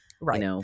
Right